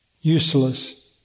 useless